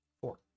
Four